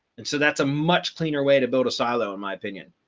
and so that's a much cleaner way to build a silo in my opinion,